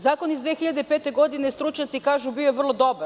Zakon iz 2005. godine, stručnjaci kažu bio je vrlo dobar.